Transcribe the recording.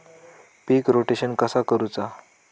पीक rotation कसा करूचा?